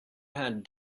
had